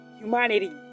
humanity